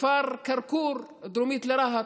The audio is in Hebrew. כפר קרקור, דרומית לרהט,